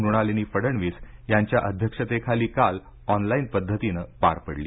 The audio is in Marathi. मृणालिनी फडणवीस यांच्या अध्यक्षतेखाली काल ऑनलाईन पद्धतीने पार पडली